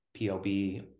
PLB